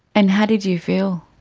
and how did you feel?